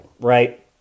right